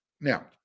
now